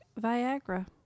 Viagra